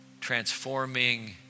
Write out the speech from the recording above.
transforming